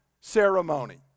ceremony